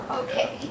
okay